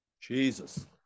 Jesus